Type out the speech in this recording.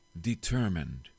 determined